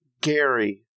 Gary